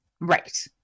right